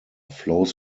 flows